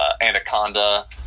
Anaconda